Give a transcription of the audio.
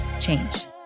change